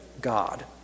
God